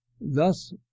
Thus